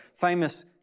famous